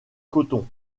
coton